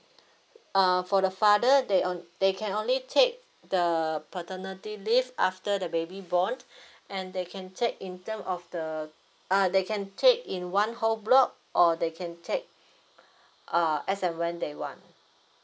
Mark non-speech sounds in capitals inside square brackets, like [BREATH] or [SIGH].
[NOISE] uh for the father they on~ they can only take the paternity leave after the baby born [BREATH] and they can take in term of the uh they can take in one whole block or they can take uh as and when they want